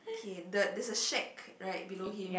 okay the there is shack right below him